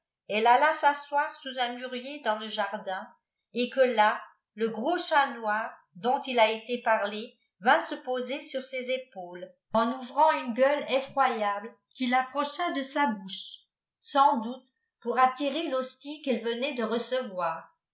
elle alta s'asseoir sous un mûrier dans le jardin et que là le gros chat noir dont il a éié parlé vint se poser sur ses épaules er uvrant une gueule effroyable qu'il approch de sa louche sans doute pour adirer l'hostie qu'elle venait de receyoir